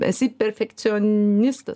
esi perfekcionistas